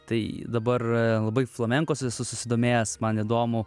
tai dabar labai flamenko esu susidomėjęs man įdomu